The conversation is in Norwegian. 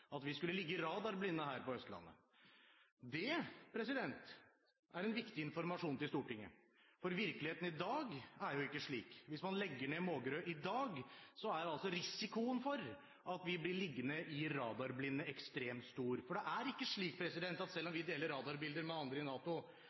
at vi skulle ligge i radarblinde her på Østlandet. Det er en viktig informasjon til Stortinget. For virkeligheten i dag er jo ikke slik. Hvis man legger ned Mågerø i dag, er risikoen for at vi blir liggende radarblinde, ekstremt stor. For det er ikke slik, selv om vi deler radarbilder med andre i NATO,